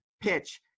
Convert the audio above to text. PITCH